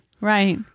Right